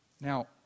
Now